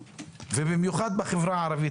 ובמיוחד בחברה הערבית,